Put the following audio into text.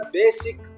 basic